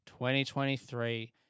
2023